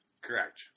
Correct